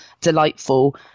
delightful